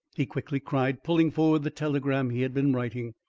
he quickly cried, pulling forward the telegram he had been writing.